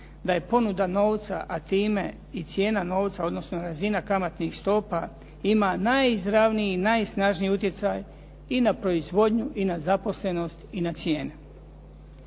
da je ponuda novca, a time i cijena novca, odnosno razina kamatnih stopa ima najizravniji i najsnažniji utjecaj i na proizvodnju i na zaposlenost i na cijene.